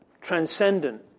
transcendent